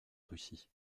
russie